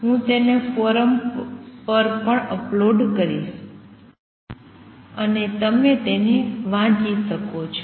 હું તેને ફોરમ પર અપલોડ કરીશ અને તમે તેને વાંચી શકો છો